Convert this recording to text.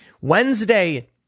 Wednesday